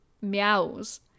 meows